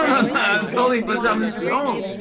ah no. and i'm totally but so um this is home.